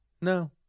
No